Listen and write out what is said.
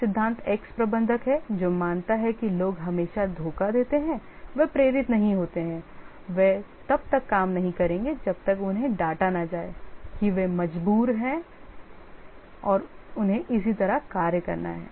एक सिद्धांत X प्रबंधक है जो मानता है कि लोग हमेशा धोखा देते हैं वे प्रेरित नहीं होते हैं वे तब तक काम नहीं करेंगे जब तक कि उन्हें डाटा न जाए कि वे मजबूर हैं और उन्हें इसी तरह कार्य करना है